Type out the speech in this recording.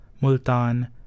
Multan